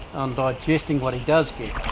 on digesting what he does